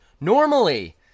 Normally